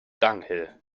dunghill